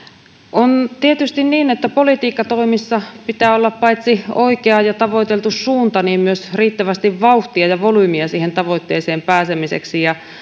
on tietysti niin että politiikkatoimissa pitää olla paitsi oikea ja tavoiteltu suunta myös riittävästi vauhtia ja volyymia siihen tavoitteeseen pääsemiseksi